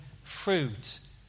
fruit